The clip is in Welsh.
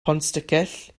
pontsticill